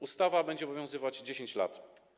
Ustawa będzie obowiązywać 10 lat.